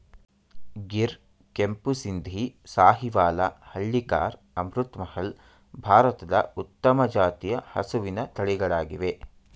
ಗಿರ್, ಕೆಂಪು ಸಿಂಧಿ, ಸಾಹಿವಾಲ, ಹಳ್ಳಿಕಾರ್, ಅಮೃತ್ ಮಹಲ್, ಭಾರತದ ಉತ್ತಮ ಜಾತಿಯ ಹಸಿವಿನ ತಳಿಗಳಾಗಿವೆ